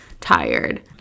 tired